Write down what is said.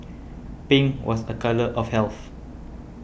pink was a colour of health